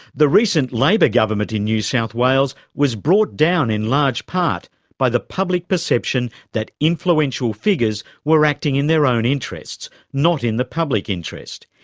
the recent labor government in new south wales was brought down in large part by the public perception that influential figures were acting in their own interests, not in the public interest.